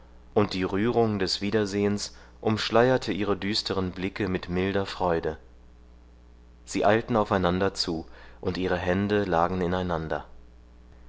und die rührung des wiedersehens umschleierte ihre düsteren blicke mit milder freude sie eilten aufeinander zu und ihre hände lagen ineinander